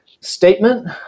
statement